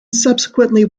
subsequently